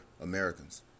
Americans